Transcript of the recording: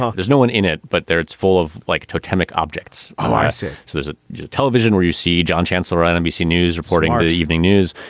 um there's no one in it, but it's full of like totemic objects. oh, i see. so there's a television where you see john chancellor and abc news reporting ah the evening news.